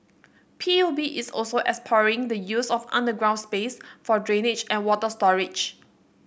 P U B is also exploring the use of underground space for drainage and water storage